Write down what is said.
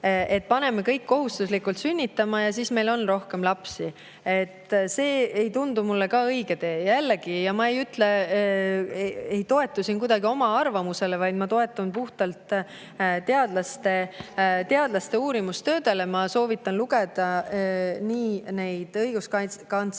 paneme kõik kohustuslikult sünnitama ja siis meil on rohkem lapsi. See ei tundu mulle ka õige tee. Jällegi, ma ei toetu siin kuidagi oma arvamusele, ma toetun puhtalt teadlaste uurimistöödele. Ma soovitan lugeda nii õiguskantsleri